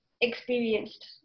experienced